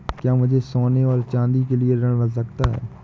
क्या मुझे सोने और चाँदी के लिए ऋण मिल सकता है?